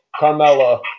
Carmella